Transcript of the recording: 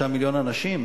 3 מיליון אנשים?